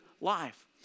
life